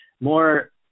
more